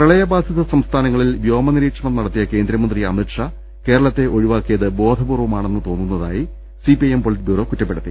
പ്രളയ ബാധിത സംസ്ഥാനങ്ങളിൽ വ്യോമ നിരീക്ഷണം നടത്തിയ കേന്ദ്ര മന്ത്രി അമിത്ഷാ കേരളത്തെ ഒഴിവാക്കിയത് ബോധപൂർവ്വ മാണെന്ന് തോന്നുന്നതായി സിപിഐഎം പൊളിറ്റ് ബ്യൂറോ കുറ്റ പ്പെടുത്തി